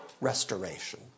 restoration